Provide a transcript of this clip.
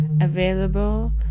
available